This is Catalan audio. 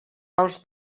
els